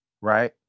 Right